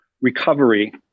recovery